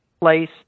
place